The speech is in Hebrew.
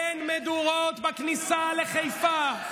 אין מדורות בכניסה לחיפה,